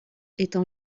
étant